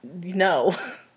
No